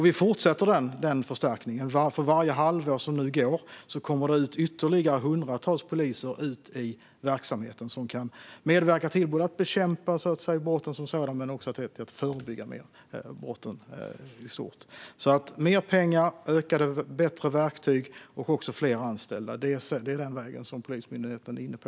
Vi fortsätter den förstärkningen, varför det varje halvår som nu går kommer ut ytterligare hundratals poliser som kan medverka i både att bekämpa brott som sådana och att förebygga brotten i stort. Mer pengar, bättre verktyg och också fler anställda är alltså den väg som Polismyndigheten är inne på.